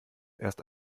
erst